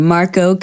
Marco